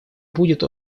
будет